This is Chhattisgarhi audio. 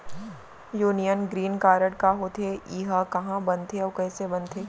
यूनियन ग्रीन कारड का होथे, एहा कहाँ बनथे अऊ कइसे बनथे?